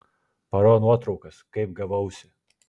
paro nuotraukas kaip gavausi